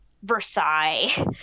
Versailles